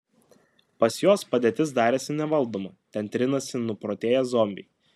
pas juos padėtis darėsi nevaldoma ten trinasi nuprotėję zombiai